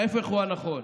ההפך הוא הנכון.